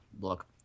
look